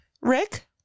Rick